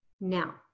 Now